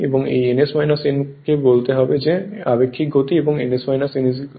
এবং এই ns n কে বলতে হবে যে আপেক্ষিক গতি এবং ns n 120 F2 P হবে